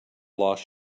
lost